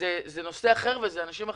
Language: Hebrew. זה נושא אחר ואלה אנשים אחרים.